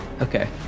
okay